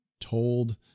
told